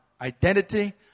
identity